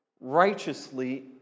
righteously